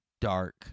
dark